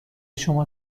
شما